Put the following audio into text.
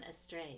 astray